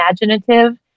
imaginative